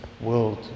world